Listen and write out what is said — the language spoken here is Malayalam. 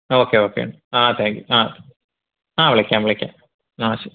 ആ ഓക്കെ ഒക്കെ ആ താങ്ക്യൂ ആ ആ വിളിക്കാം വിളിക്കാം ആ ശരി